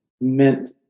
meant